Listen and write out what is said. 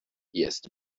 jest